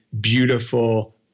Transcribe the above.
beautiful